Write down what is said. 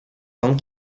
tant